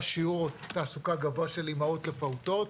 שיעור תעסוקה גבוה של אימהות לפעוטות.